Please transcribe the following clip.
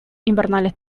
invernales